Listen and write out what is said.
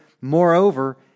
Moreover